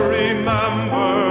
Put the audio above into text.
remember